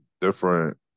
different